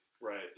Right